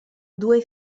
due